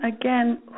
again